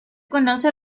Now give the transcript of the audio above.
conoce